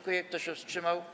Kto się wstrzymał?